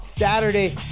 Saturday